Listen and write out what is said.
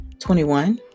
21